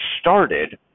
started